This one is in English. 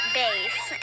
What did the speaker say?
base